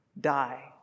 die